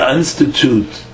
institute